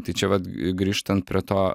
tai čia vat grįžtant prie to